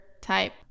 type